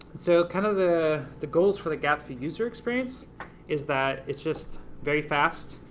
so kind of the the goals for the gatsby user experience is that it's just very fast.